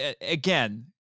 again